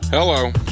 Hello